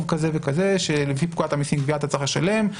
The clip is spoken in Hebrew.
כזה וכזה ולפי פקודת המסים (גבייה) הוא צריך לשלם,